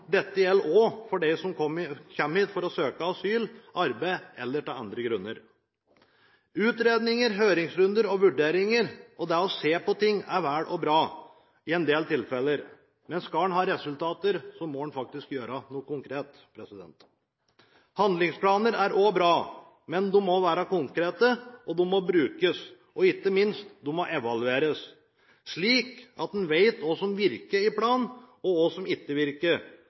Dette gjelder også for dem som kommer hit for å søke asyl, arbeid eller av andre grunner. Utredninger, høringsrunder og vurderinger og det å se på ting er vel og bra i en del tilfeller, men skal en ha resultater, må en faktisk gjøre noe konkret. Handlingsplaner er også bra, men de må være konkrete, de må brukes, og de må ikke minst evalueres, slik at en vet hva som virker i planen, og hva som ikke virker.